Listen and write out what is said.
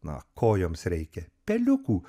na ko joms reikia peliukų